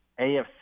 AFC